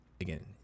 again